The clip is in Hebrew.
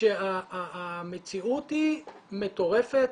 שהמציאות היא מטורפת,